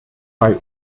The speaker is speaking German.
bei